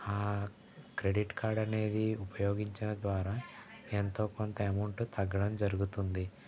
ఆ క్రెడిట్ కార్డనేది ఉపయోగించడం ద్వారా ఎంతో కొంత అమౌంటు తగ్గడం జరుగుతుంది